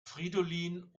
fridolin